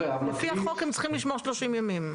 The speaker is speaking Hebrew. לפי החוק הם צריכים לשמור 30 ימים.